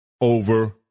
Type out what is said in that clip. over